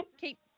keep